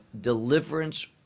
deliverance